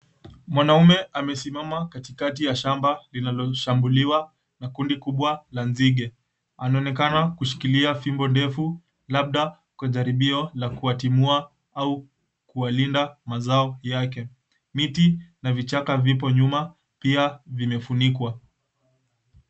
Mwanaume amesimama katikati ya shamba linaloshambuliwa na kundi kubwa la nzige. Anaonekana kushikilia fimbo ndefu labda kwa jaribio la kuwatimua au kuwalinda mazao yake. Miti na vichaka vipo nyuma pia vimefunikwa.